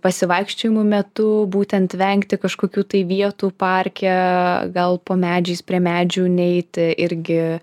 pasivaikščiojimų metu būtent vengti kažkokių tai vietų parke gal po medžiais prie medžių neiti irgi